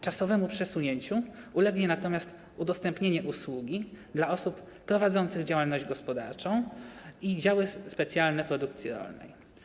Czasowemu przesunięciu ulegnie natomiast udostępnienie usługi dla osób prowadzących działalność gospodarczą i działy specjalne produkcji rolnej.